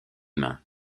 mains